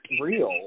real